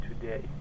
today